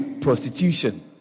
prostitution